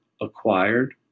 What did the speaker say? acquired